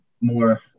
more